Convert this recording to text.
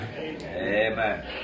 Amen